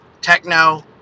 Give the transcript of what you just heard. Techno